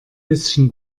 bisschen